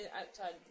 outside